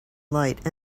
light